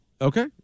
okay